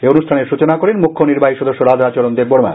এই অনুষ্ঠানের সূচনা করেন মুখ্য নির্বাহী সদস্য রাধাচরণ দেববর্মা